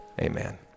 amen